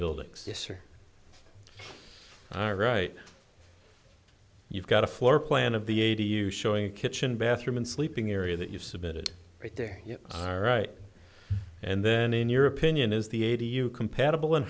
all right you've got a floor plan of the eighty you showing a kitchen bathroom and sleeping area that you've submitted right there you are right and then in your opinion is the eighty you compatible and